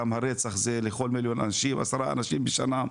גם הרצח זה לכל מיליון אנשים 10 אנשים בשנה.